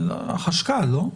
חשכ"ל, לא?